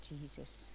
Jesus